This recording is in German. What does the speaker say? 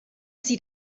sie